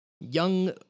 young